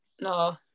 no